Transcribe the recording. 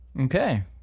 Okay